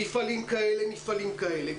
מפעילים כאלה וכאלה.